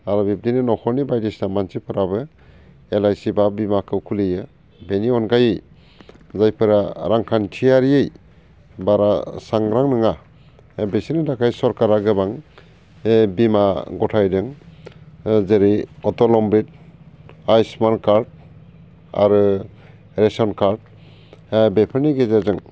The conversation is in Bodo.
आरो बिब्दिनो न'खरनि बायदिसिना मानसिफोराबो एल आइ सि बा बिमाखौ खुलियो बेनि अनगायै जायफोरा रांखान्थियारियै बारा सांग्रां नङा बिसोरनि थाखाय सोरखारा गोबां बिमा गथायदों जेरै अटल अम्रिट आयुसमान कार्द आरो रेसन कार्द बेफोरनि गेजेरजों